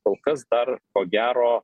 kol kas dar ko gero